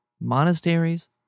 monasteries